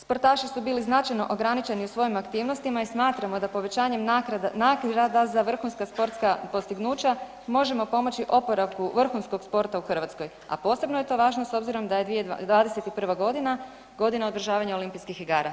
Sportaši su bili značajno ograničeni u svojim aktivnostima i smatramo da povećanjem nagrada za vrhunska sportska postignuća možemo pomoći oporavku vrhunskog sporta u Hrvatskoj, a posebno je to važno s obzirom da je '21.g. godina održavanja olimpijskih igara.